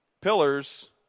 Pillars